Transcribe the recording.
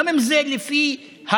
גם אם זה לפי ההוראות,